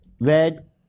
red